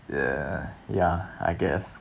yeah ya I guess